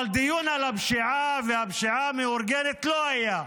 אבל דיון על הפשיעה והפשיעה המאורגנת, לא היה.